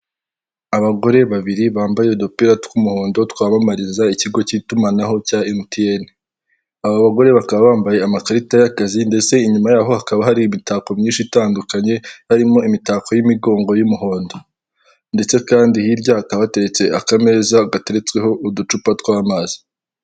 Abagore babiri bambaye udupira tw'umuhondo twamamariza ikigo k'itumanaho cya MTN, aba bagore bakaba bambaye amakarita y'akazi ndetse inyuma yaho hakaba hari imitako myinshi itandukanye, harimo imitako y'imigongo y'umuhondo ndetse kandi hirya hakaba hateretse akameza gateretsweho uducupa tw'amazi.